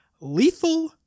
Lethal